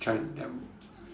try and tell me